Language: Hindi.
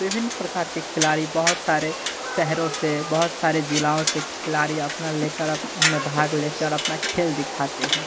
विभिन्न प्रकार के खिलाड़ी बहुत सारे शहरों से बहुत सारे ज़िलों से खिलाड़ी अपना ले कर अब इनमें भाग लेते है और अपने खेल दिखाते हैं